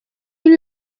lui